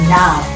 now